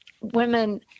women –